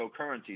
cryptocurrencies